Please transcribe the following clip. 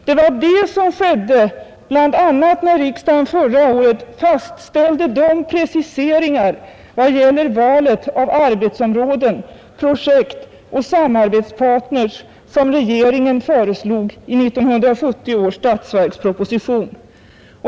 Det var det som skedde bl.a. när riksdagen förra året fastställde de preciseringar vad gäller valet av arbetsområden, projektoch samarbetspartners, som regeringen föreslog i 1970 års statsverksproposition.